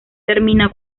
termina